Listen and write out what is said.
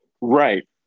Right